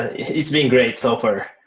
it's been great so far.